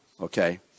Okay